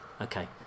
Okay